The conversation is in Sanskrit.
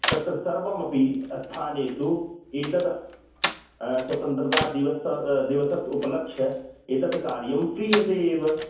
तत्र सर्वमपि अ स्थानेषु एतद् स्वतन्त्रता दिवसं दिवसम् उपलक्ष्य एतत् कार्यं क्रियते एव